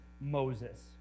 Moses